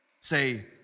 Say